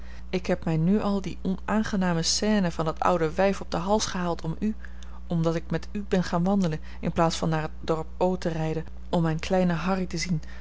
ik heb mij nu al die onaangename scène van dat oude wijf op den hals gehaald om u omdat ik met u ben gaan wandelen in plaats van naar het dorp o te rijden om mijn kleinen harry te zien